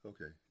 Okay